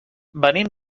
venim